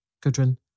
Gudrun